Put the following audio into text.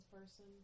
person